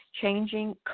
changing